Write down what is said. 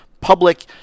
public